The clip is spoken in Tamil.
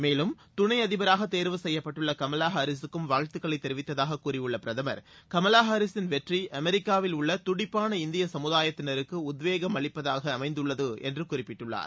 மேலும் துணை அதிபராக தேர்வு செய்யப்பட்டுள்ள கமலா ஹாரிசுக்கும் வாழ்த்துக்களை தெரிவித்ததாகக் கூறியுள்ள பிரதமர் கமலா ஹாரிசின் வெற்றி அமெரிக்காவில் உள்ள துடிப்பான இந்திய சமுதாயத்தினருக்கு உத்வேகம் அளிப்பதாக அமைந்துள்ளது என்று குறிப்பிட்டுள்ளார்